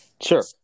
Sure